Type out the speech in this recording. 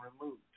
removed